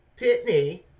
Pitney